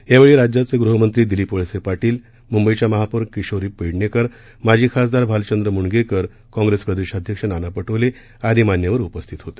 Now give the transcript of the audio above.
यावेळी राज्याचे गृहमंत्री दिलीप वळसे पार्पील महापौर किशोरी पेडणेकर माजी खासदार भालचंद्र मुणगेकर काँग्रेस प्रदेशाध्यक्ष नाना परीले आदी मान्यवर उपस्थित होते